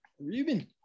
Reuben